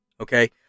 okay